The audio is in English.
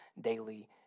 daily